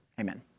Amen